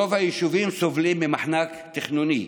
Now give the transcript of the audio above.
רוב היישובים סובלים ממחנק תכנוני,